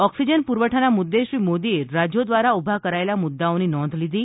oxygen પુરવઠાના મુદ્દે શ્રી મોદીએ રાજ્યો દ્વારા ઉભા કરાયેલા મુદ્દાઓની નોંધ લીધી